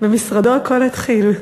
במשרדו הכול התחיל.